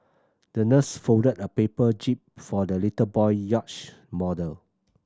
the nurse folded a paper jib for the little boy yacht model